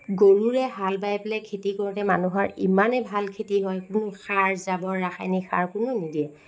গৰুৰে হাল বাই পেলাই খেতি কৰোঁতে মানুহৰ ইমানেই ভাল খেতি হয় কোনো সাৰ জাবৰ ৰাসায়নিক সাৰ কোনো নিদিয়ে